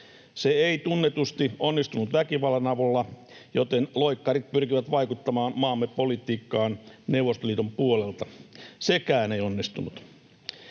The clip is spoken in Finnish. Se ei tunnetusti onnistunut väkivallan avulla, joten loikkarit pyrkivät vaikuttamaan maamme politiikkaan Neuvostoliiton puolelta. Sekään ei onnistunut.